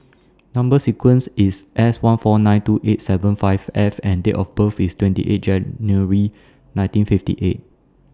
Number sequence IS S one four nine two eight seven five F and Date of birth IS twenty eight January nineteen fifty eight